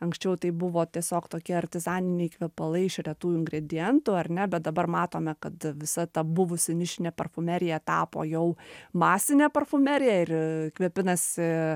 anksčiau tai buvo tiesiog tokie artizaniniai kvepalai iš retų ingredientų ar ne bet dabar matome kad visa ta buvusi nišinė parfumerija tapo jau masine parfumerija ir kvepinasi